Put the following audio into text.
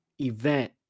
event